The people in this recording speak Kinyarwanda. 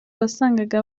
wasangaga